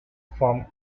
form